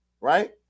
right